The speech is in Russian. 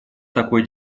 такой